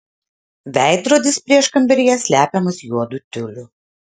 veidrodis prieškambaryje slepiamas juodu tiuliu